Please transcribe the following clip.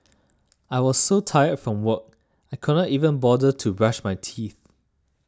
I was so tired from work I could not even bother to brush my teeth